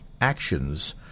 actions